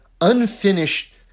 unfinished